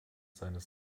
seines